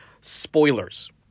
spoilers